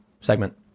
segment